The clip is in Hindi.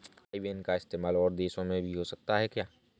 आई बैन का इस्तेमाल और देशों में भी हो सकता है क्या?